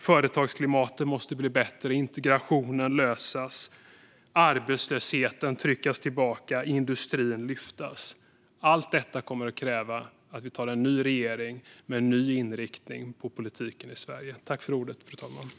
Företagsklimatet måste bli bättre, integrationen lösas, arbetslösheten tryckas tillbaka och industrin lyftas. Allt detta kommer att kräva att Sverige får en ny regering med en ny politisk inriktning.